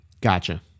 Gotcha